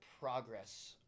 progress